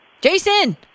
Jason